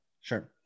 Sure